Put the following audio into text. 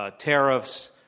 ah tariffs,